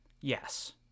Yes